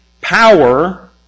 power